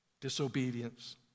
Disobedience